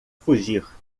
fugir